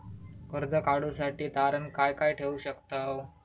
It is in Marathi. कर्ज काढूसाठी तारण काय काय ठेवू शकतव?